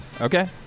Okay